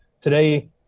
today